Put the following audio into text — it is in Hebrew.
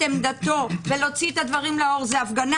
עמדתו ולהוציא את הדברים לאור זה הפגנה,